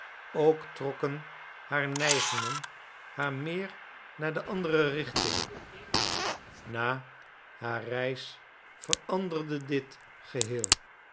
ook trokken haar neigingen haar meer naar de andere richting na haar reis veranderde dit geheel